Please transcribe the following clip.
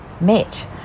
met